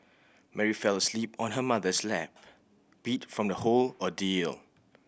Mary fell asleep on her mother's lap beat from the whole ordeal